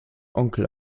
onkel